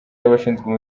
y’abashinzwe